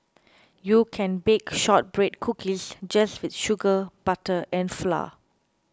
you can bake Shortbread Cookies just with sugar butter and flour